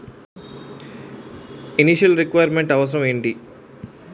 Initial requirement అవసరం ఎంటి?